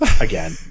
again